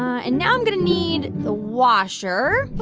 and now i'm going to need the washer